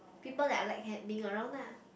people that I like ha~ being around lah